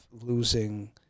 losing